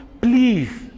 please